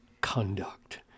conduct